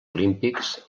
olímpics